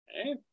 Okay